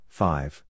Five